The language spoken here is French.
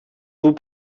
vous